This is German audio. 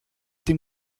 dem